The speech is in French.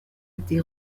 été